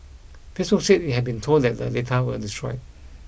Facebook said it had been told that the data were destroyed